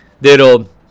That'll